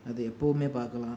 அது எப்போதுமே பார்க்கலாம்